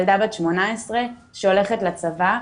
ילדה בת 18 שהולכת לצבא,